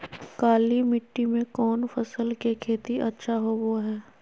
काली मिट्टी में कौन फसल के खेती अच्छा होबो है?